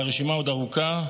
והרשימה עוד ארוכה.